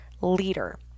leader